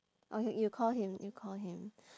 or you you call him you call him